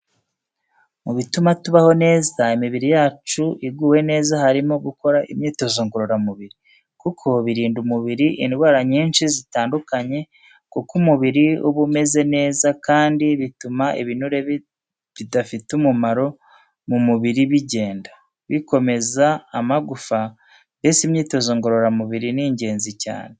Mu bituma tubaho neza imibiri yacu iguwe neza harimo no gukora imyitozo ngororamubiri. Kuko birinda umubiri indwara nyinshi zitandukanye kuko umubiri uba umeze neza kandi bituma ibinure bidafite umumaro mu mubiri bigenda, bikomeza amagufa mbese imyitozo ngororamubiri ni ingenzi cyane.